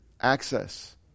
access